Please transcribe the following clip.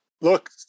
look